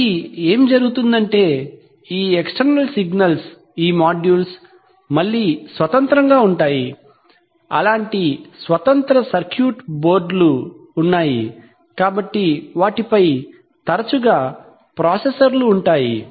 కాబట్టి ఏమి జరుగుతుందంటే ఈ ఎక్ష్టెర్నల్ సిగ్నల్స్ ఈ మాడ్యూల్స్ మళ్ళీ స్వతంత్రంగా ఉంటాయి అలాంటి స్వతంత్ర సర్క్యూట్ బోర్డులు ఉన్నాయి కాబట్టి వాటిపై తరచుగా ప్రాసెసర్లు ఉంటాయి